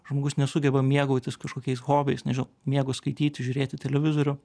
žmogus nesugeba mėgautis kažkokiais hobiais nežinau mėgo skaityti žiūrėti televizorių